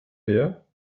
meer